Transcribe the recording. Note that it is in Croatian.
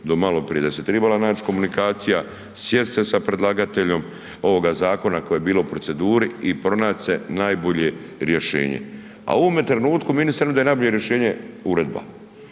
do maloprije, da tribala naši komunikacija, sjest se sa predlagateljem ovoga zakona koji je bio u proceduri i pronaći se najbolje rješenje. A u ovome trenutku ministar nudi da je najbolje rješenje uredba.